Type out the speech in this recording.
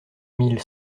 mille